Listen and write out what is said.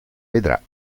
vedrà